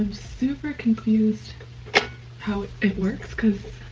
um super confused how it works because